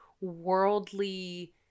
worldly